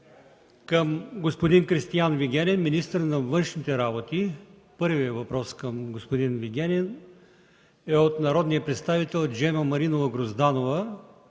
към господин Кристиан Вигенин – министър на външните работи. Първият въпрос към господин Вигенин е от народния представител Джема Маринова Грозданова